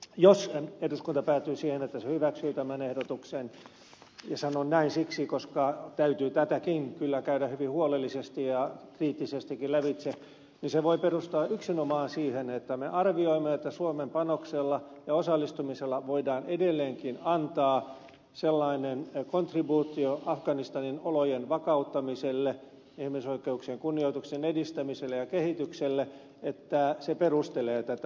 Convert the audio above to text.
jos eduskunta päätyy siihen että se hyväksyy tämän ehdotuksen ja sanon näin siksi koska täytyy tätäkin käydä hyvin huolellisesti ja kriittisestikin lävitse niin se voi perustua yksinomaan siihen että me arvioimme että suomen panoksella ja osallistumisella voidaan edelleenkin antaa sellainen kontribuutio afganistanin olojen vakauttamiselle ihmisoikeuksien kunnioituksen edistämiselle ja kehitykselle että se perustelee tätä osallistumista